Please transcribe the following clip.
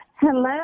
Hello